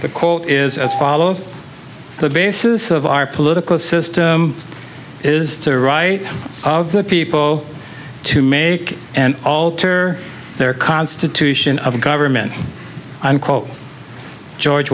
quote is as follows the basis of our political system is the right of the people to make and alter their constitution of government i'm called george